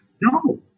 No